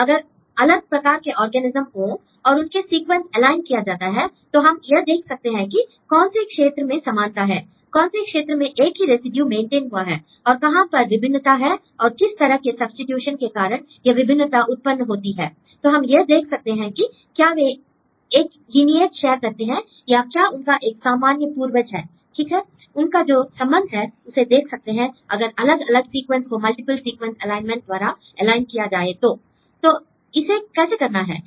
तो अगर अलग प्रकार के ऑर्गेनिज्म हों और उनके सीक्वेंस एलाइन किया जाता है तो हम यह देख सकते हैं कि कौन से क्षेत्र में समानता है कौन से क्षेत्र में एक ही रेसिड्यू मेंटेन हुआ है और कहां पर विभिन्नता है और किस तरह के सब्स्टिट्यूशन के कारण यह विभिन्नता उत्पन्न होती है l तो हम यह देख सकते हैं कि क्या वे एक लीनियेज शेयर करते हैं या क्या उनका एक सामान्य पूर्वज है ठीक है l उनका जो संबंध है उसे देख सकते हैं अगर अलग अलग सीक्वेंस को मल्टीपल सीक्वेंस एलाइनमेंट द्वारा एलाइन किया जाए तो l तो इसे कैसे करना है